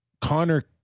Connor